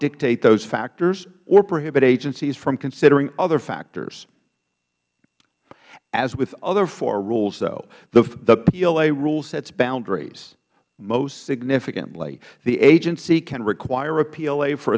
dictate those factors or prohibit agencies from considering other factors as with other far rules though the pla rule sets boundaries most significantly the agency can require a pla for